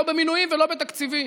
לא במינויים ולא בתקציבים?